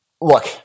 look